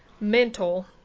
mental